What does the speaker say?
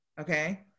Okay